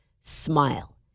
Smile